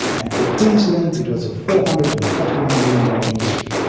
and for queensland it was a four hundred and forty one million dollars industry,